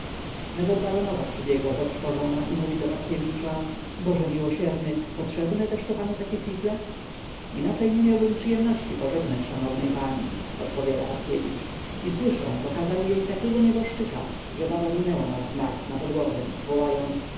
nawet baronowa przybiegła zatrwożona i mówi do patkiewicza boże miłosierny potrzebne też to panu takie figle inaczej nie miałbym przyjemności pożegnać szanownej pani odpowiada patkiewicz i słyszę pokazał jej takiego nieboszczyka że baba runęła nawznak na podłogę wołając